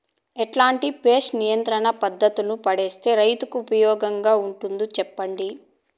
ఎట్లాంటి పెస్ట్ నియంత్రణ పద్ధతులు పాటిస్తే, రైతుకు ఉపయోగంగా ఉంటుంది సెప్పండి?